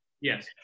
Yes